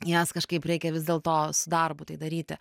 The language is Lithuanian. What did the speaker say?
jas kažkaip reikia vis dėlto su darbu tai daryti